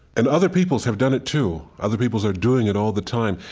and other peoples have done it, too. other peoples are doing it all the time,